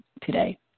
today